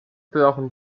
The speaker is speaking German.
brauchen